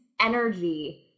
energy